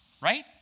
Right